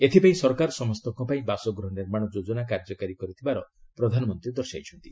ଏଥିପାଇଁ ସରକାର ସମସ୍ତଙ୍କ ପାଇଁ ବାସଗୃହ ନିର୍ମାଣ ଯୋଜନା କାର୍ଯ୍ୟକାରୀ କରିଥିବାର ପ୍ରଧାନମନ୍ତ୍ରୀ ଦର୍ଶାଇଛନ୍ତି